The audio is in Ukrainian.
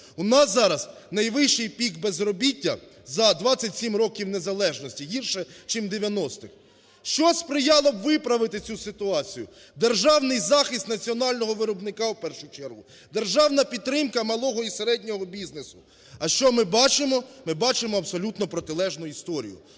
У нас зараз найвищий пік безробіття за 27 років незалежності, гірше чим у 90-х. Що сприяло б, виправити цю ситуацію? Державний захист національного виробника, в першу чергу. Державна підтримка малого і середнього бізнесу. А що ми бачимо? Ми бачимо абсолютно протилежну історію: